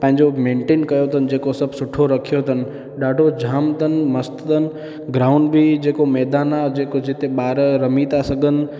पंहिंजो मेंटेन कयो अथनि जेको सभु सुठो रखियो अथनि ॾाढो जाम अथनि मस्तु अथनि ग्राउंड बि जेको मैदानु आहे जेको जिते ॿार रमी था सघनि